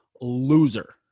loser